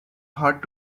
hard